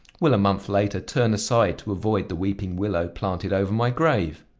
will a month later turn aside to avoid the weeping-willow planted over my grave!